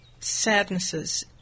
sadnesses